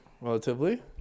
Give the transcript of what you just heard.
relatively